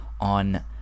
on